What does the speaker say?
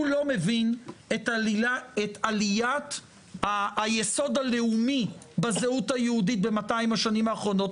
הוא לא מבין את עליית היסוד הלאומי בזהות היהודית ב-200 השנים האחרונות,